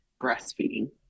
breastfeeding